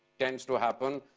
tends to happen.